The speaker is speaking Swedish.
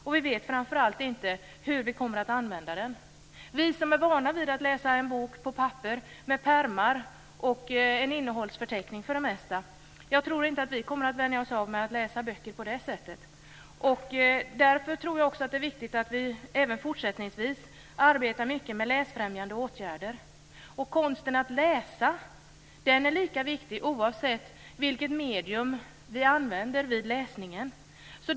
Och vi vet framför allt inte hur vi kommer att använda den. Jag tror inte att vi som är vana vid att läsa en bok på papper med pärmar och, för det mesta, en innehållsförteckning, kommer att vänja oss av vid att läsa böcker på det sättet. Därför tror jag att det är viktigt att vi även fortsättningsvis arbetar mycket med läsfrämjande åtgärder. Konsten att läsa är ju lika viktig oavsett vilket medium vi använder vid läsningen.